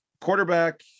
quarterback